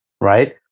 right